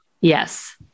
yes